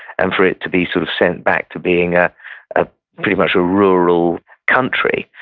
and for it to be sort of sent back to being ah ah pretty much a rural country.